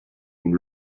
nous